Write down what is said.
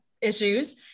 issues